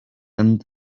and